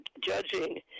judging